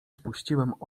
spuściłem